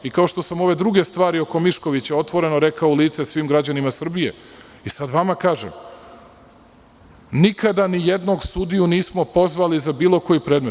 Kao što sam ove druge stvari oko Miškovića otvoreno rekao u lice svim građanima Srbije, sad vama kažem – nikada nijednog sudiju nismo pozvali za bilo koji predmet.